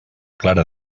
clara